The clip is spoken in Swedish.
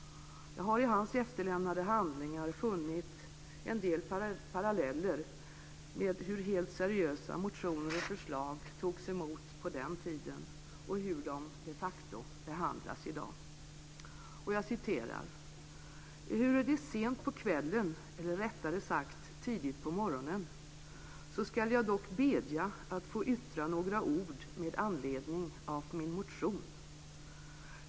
Jag har i hans efterlämnade handlingar funnit en del paralleller med hur helt seriösa motioner och förslag togs emot på den tiden och hur de de facto behandlas i dag. "Ehuru det är sent på kvällen eller, rättare sagdt, tidigt på morgonen, så skall jag dock bedja att få yttra några ord med anledning af min motion.